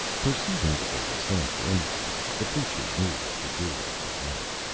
perceiving that they would stand for anything, the preacher knew what to do after that.